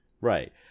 Right